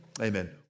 Amen